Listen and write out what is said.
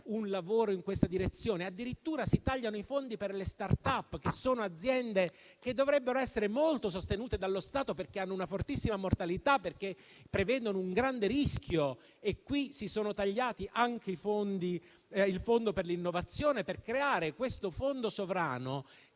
un lavoro in questa direzione. Addirittura si tagliano i fondi per le *startup*, che sono aziende che dovrebbero essere molto sostenute dallo Stato perché hanno una fortissima mortalità in quanto prevedono un grande rischio. Si è tagliato anche il fondo per l'innovazione per creare questo fondo sovrano